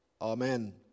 Amen